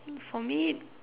for me